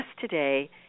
today